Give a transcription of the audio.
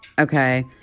Okay